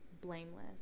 Blameless